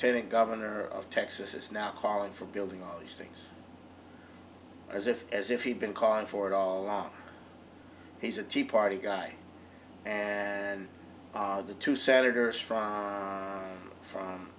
turning governor of texas is now calling for building all these things as if as if he'd been calling for it all along he's a tea party guy and the two senators from from